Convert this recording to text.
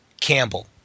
Campbell